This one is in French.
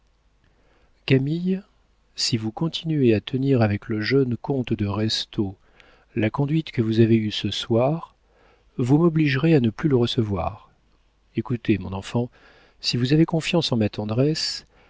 camille si vous continuez à tenir avec le jeune comte de restaud la conduite que vous avez eue ce soir vous m'obligerez à ne plus le recevoir écoutez mon enfant si vous avez confiance en ma tendresse